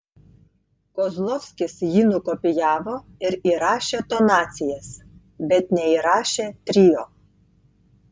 kozlovskis jį nukopijavo ir įrašė tonacijas bet neįrašė trio